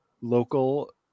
local